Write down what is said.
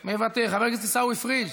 מוותר, חבר הכנסת עיסאווי פריג'